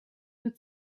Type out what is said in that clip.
could